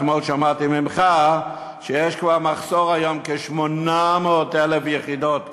אתמול שמעתי ממך שהיום יש כבר מחסור של כ-800,000 יחידות.